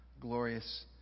glorious